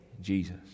Jesus